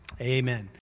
Amen